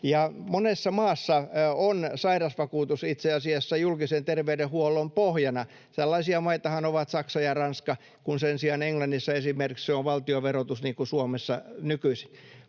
Monessa maassa on sairausvakuutus itse asiassa julkisen terveydenhuollon pohjana. Tällaisia maitahan ovat Saksa ja Ranska, kun sen sijaan esimerkiksi Englannissa se on valtion verotus, niin kuin Suomessa nykyisin.